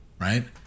Right